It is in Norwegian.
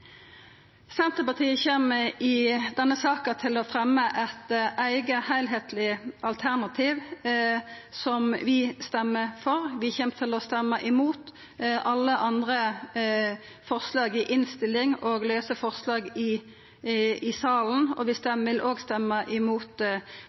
Senterpartiet kjem i denne saka til å fremja eit eige heilskapleg alternativ som vi stemmer for. Vi kjem til å stemma mot alle forslaga i innstillinga og andre forslag i salen. Vi vil òg stemma mot forslag til vedtak og lova i